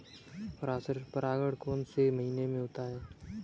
परागण कौन से महीने में होता है?